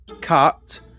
cut